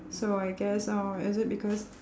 so I guess oh is it because